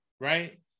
right